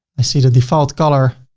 i see the default color.